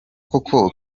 koko